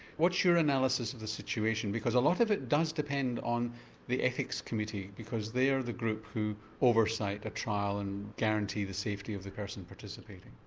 what's your analysis of the situation because a lot of it does depend on the ethics ethics committee because they are the group who oversight a trial and guarantee the safety of the person participating?